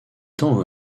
tend